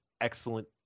excellent